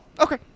Okay